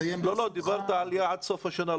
ואמרת סוף השנה.